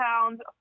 pounds